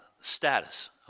status